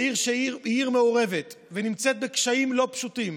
שהיא עיר מעורבת ונמצאת בקשיים לא פשוטים,